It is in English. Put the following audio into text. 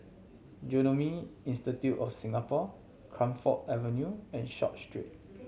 Genome Institute of Singapore Camphor Avenue and Short Street